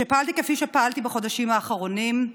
כשפעלתי כפי שפעלתי בחודשים האחרונים,